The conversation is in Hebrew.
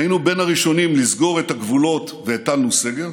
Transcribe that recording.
היינו בין הראשונים לסגור את הגבולות והטלנו סגר,